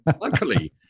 Luckily